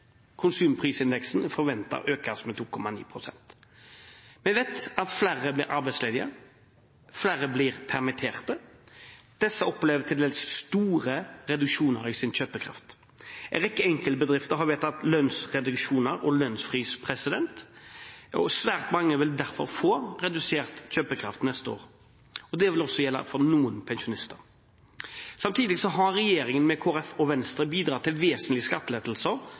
konsumprisindeksen er forventet å øke med 2,9 pst. Vi vet at flere blir arbeidsledige, flere blir permitterte. Disse opplever til dels stor reduksjon i sin kjøpekraft. En rekke enkeltbedrifter har vedtatt lønnsreduksjoner og lønnsfrys. Svært mange vil derfor få redusert kjøpekraft neste år. Det vil også gjelde for noen pensjonister. Samtidig har regjeringen – sammen med Kristelig Folkeparti og Venstre – bidratt til vesentlige skattelettelser,